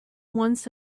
once